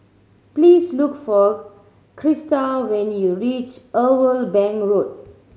please look for Christa when you reach Irwell Bank Road